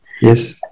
Yes